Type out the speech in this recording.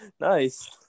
Nice